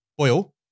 Oil